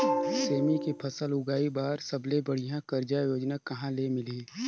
सेमी के फसल उगाई बार सबले बढ़िया कर्जा योजना कहा ले मिलही?